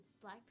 Black